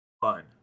fun